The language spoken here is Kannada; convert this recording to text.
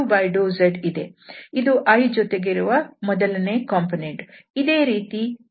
ಇದು i ಜೊತೆಗಿರುವ ಮೊದಲನೇ ಕಾಂಪೊನೆಂಟ್ ಇದೇ ರೀತಿ j ಮತ್ತು k ಜೊತೆಯ ಕಾಂಪೊನೆಂಟ್ಗಳಿವೆ